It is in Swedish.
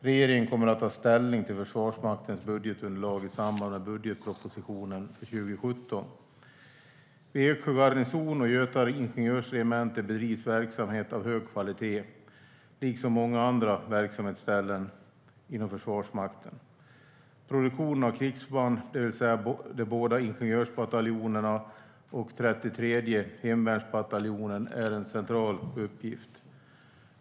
Regeringen kommer att ta ställning till Försvarsmaktens budgetunderlag i samband med budgetpropositionen för 2017. Vid Eksjö garnison och Göta ingenjörregemente bedrivs verksamhet av hög kvalitet, liksom vid många andra verksamhetsställen inom Försvarsmakten. Produktionen av krigsförband, det vill säga de båda ingenjörsbataljonerna och den 33:e hemvärnsbataljonen, är en central uppgift.